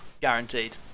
guaranteed